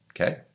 Okay